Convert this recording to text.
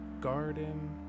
garden